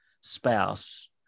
spouse